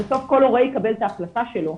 בסוף כל הורה יקבל את ההחלטה שלו.